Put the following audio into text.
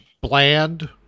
bland